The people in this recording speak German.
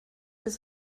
bis